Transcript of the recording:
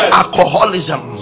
alcoholism